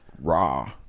raw